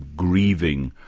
grieving,